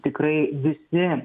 tikrai visi